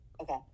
Okay